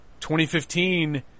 2015